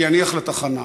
שיניח לתחנה.